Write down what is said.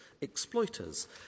exploiters